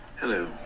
Hello